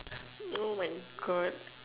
oh my god